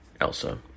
Elsa